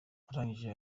arangije